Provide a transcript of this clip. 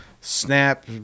snap